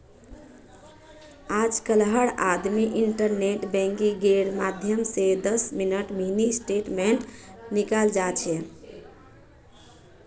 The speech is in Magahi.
आजकल हर आदमी इन्टरनेट बैंकिंगेर माध्यम स दस मिनी स्टेटमेंट निकाल जा छ